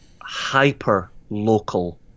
hyper-local